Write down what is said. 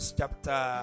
chapter